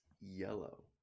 yellow